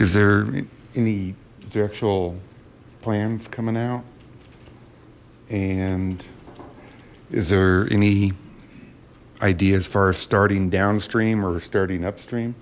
is there any actual plans coming out and is there any ideas for our starting downstream or restarting upstream